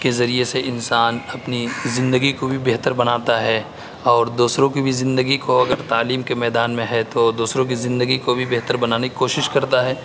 کے ذریعے سے انسان اپنی زندگی کو بھی بہتر بناتا ہے اور دوسروں کی بھی زندگی کو اگر تعلیم کے میدان میں ہے تو دوسروں کی زندگی کو بھی بہتر بنانے کی کوشش کرتا ہے